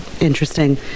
Interesting